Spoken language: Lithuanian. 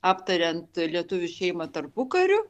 aptariant lietuvių šeimą tarpukariu